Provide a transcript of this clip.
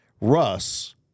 Russ